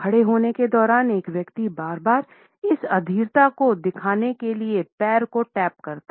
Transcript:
खड़े होने के दौरान एक व्यक्ति बार बार इस अधीरता को दिखने के लिए पैर को टैप करता है